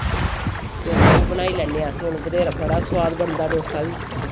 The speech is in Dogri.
डोसा बी बनाई लैन्ने अस हुन बथेरा बड़ा सोआद बनदा डोसा बी